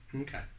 Okay